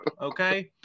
Okay